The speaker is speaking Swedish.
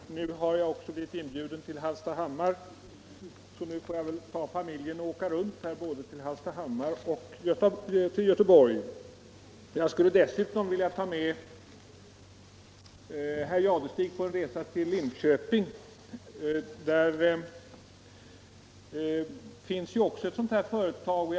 Herr talman! Nu har jag också blivit inbjuden till Hallstahammar. Jag får väl ta med familjen och åka runt både till Hallstahammar och till Göteborg. Jag skulle i min tur vilja ta med herr Jadestig på en resa till Linköping. Där finns också ett allmännyttigt bostadsföretag.